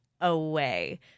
away